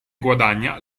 guadagna